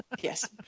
yes